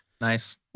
Nice